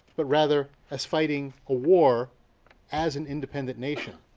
but rather as fighting a war as an independent nation.